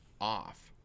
Off